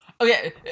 Okay